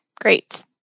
great